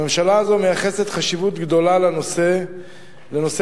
הממשלה הזאת מייחסת חשיבות גדולה לנושא הסדרת